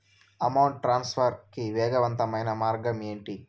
amount transfer కి వేగవంతమైన మార్గం ఏంటి